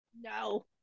No